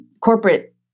corporate